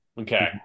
Okay